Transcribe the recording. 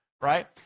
right